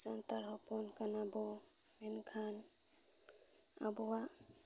ᱥᱟᱱᱛᱟᱲ ᱦᱚᱯᱚᱱ ᱠᱟᱱᱟ ᱵᱚᱱ ᱢᱮᱱᱠᱷᱟᱱ ᱟᱵᱚᱣᱟᱜ